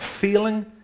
feeling